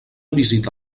visita